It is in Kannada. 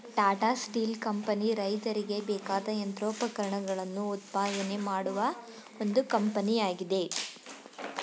ಟಾಟಾ ಸ್ಟೀಲ್ ಕಂಪನಿ ರೈತರಿಗೆ ಬೇಕಾದ ಯಂತ್ರೋಪಕರಣಗಳನ್ನು ಉತ್ಪಾದನೆ ಮಾಡುವ ಒಂದು ಕಂಪನಿಯಾಗಿದೆ